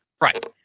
right